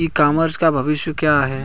ई commerce का भविष्य क्या है?